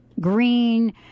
green